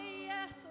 yes